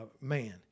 man